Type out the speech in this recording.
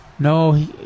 No